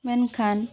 ᱢᱮᱱᱠᱷᱟᱱ